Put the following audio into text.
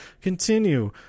continue